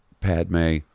Padme